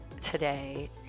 today